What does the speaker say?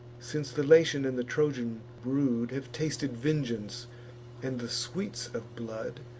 since the latian and the trojan brood have tasted vengeance and the sweets of blood